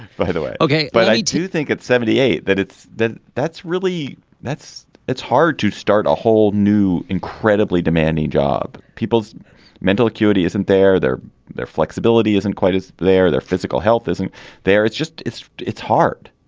by the way. ok. but i do think at seventy eight that it's that that's really that's it's hard to start a whole new incredibly demanding job people's mental acuity isn't there there their flexibility isn't quite as they are their physical health isn't there it's just it's it's hard